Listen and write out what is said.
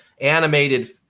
animated